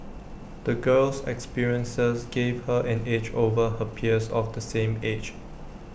the girl's experiences gave her an edge over her peers of the same age